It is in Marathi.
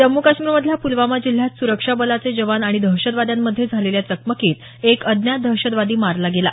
जम्मू काश्मीरमधल्या पूलवामा जिल्ह्यात सुरक्षा बलाचे जवान आणि दहशतवाद्यांमध्ये झालेल्या चकमकीत एक अज्ञात दहशतवादी मारला गेला